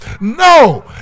No